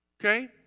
Okay